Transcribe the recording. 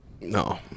No